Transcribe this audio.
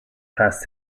past